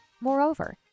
Moreover